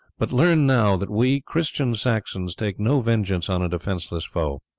but learn now that we christian saxons take no vengeance on a defenceless foe.